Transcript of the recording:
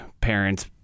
parents